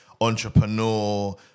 entrepreneur